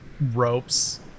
ropes